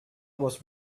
was